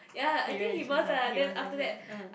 he very anxious ah he was